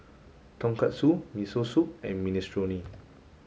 tonkatsu miso soup and minestrone